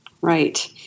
Right